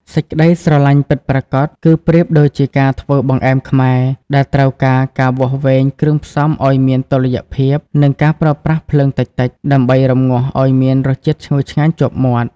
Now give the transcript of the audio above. សេចក្ដីស្រឡាញ់ពិតប្រាកដគឺប្រៀបដូចជាការធ្វើបង្អែមខ្មែរ ដែលត្រូវការការវាស់វែងគ្រឿងផ្សំឱ្យមានតុល្យភាព និងការប្រើប្រាស់ភ្លើងតិចៗដើម្បីរម្ងាស់ឱ្យមានរសជាតិឈ្ងុយឆ្ងាញ់ជាប់មាត់។